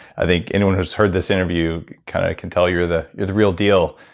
i think anyone who's heard this interview kind of can tell you're the you're the real deal.